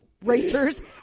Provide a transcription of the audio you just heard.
racers